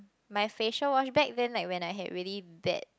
my facial wash back then like when I have really bad